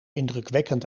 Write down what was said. indrukwekkend